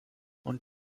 und